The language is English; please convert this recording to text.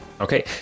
Okay